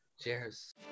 Cheers